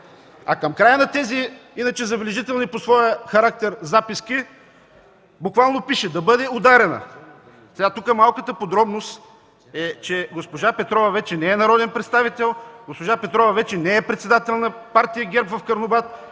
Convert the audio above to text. а към края на тези иначе забележителни по своя характер записки буквално пише: „Да бъде ударена“. Тук малката подробност е, че госпожа Петрова вече не е народен представител, вече не е председател на партия ГЕРБ в Карнобат,